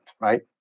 right